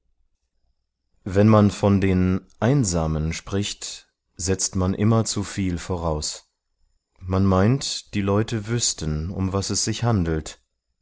wenn man von den einsamen spricht setzt man immer zuviel voraus man meint die leute wüßten um was es sich handelt